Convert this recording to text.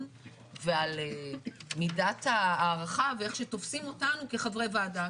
ועל מידת ההערכה ואיך שתופסים אותנו כחברי ועדה.